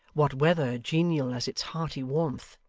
what weather genial as its hearty warmth!